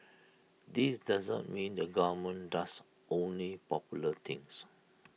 this doesn't mean the government does only popular things